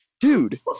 Dude